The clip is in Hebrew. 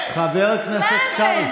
חבר הכנסת קרעי.